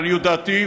לעניות דעתי,